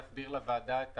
במקום